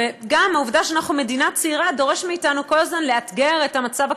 גם העובדה שאנחנו מדינה צעירה דורשת מאתנו כל הזמן לאתגר את המצב הקיים,